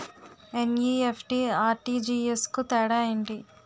NEFT, RTGS కు తేడా ఏంటి?